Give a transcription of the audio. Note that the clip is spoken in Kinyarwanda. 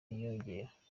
biyongera